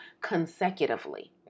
consecutively